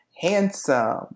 handsome